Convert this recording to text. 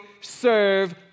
serve